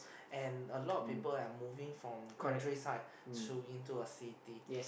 and a lot of people are moving from country side to in to a city